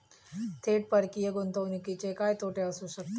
थेट परकीय गुंतवणुकीचे काय तोटे असू शकतात?